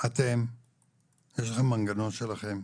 אתם יש לכם מנגנון שלכם,